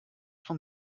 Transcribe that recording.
von